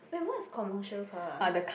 eh what's commercial car ah